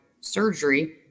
surgery